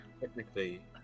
Technically